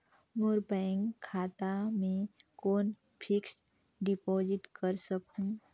मोर bank खाता मे कौन फिक्स्ड डिपॉजिट कर सकहुं?